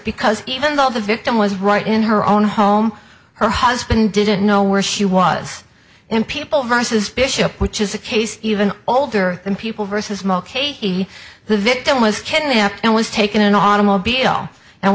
because even though the victim was right in her own home her husband didn't know where she was in people versus bishop which is a case even older than people versus mo katie the victim was kidnapped and was taken an automobile and